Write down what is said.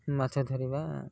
ମାଛ ଧରିବା